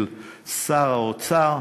של שר האוצר,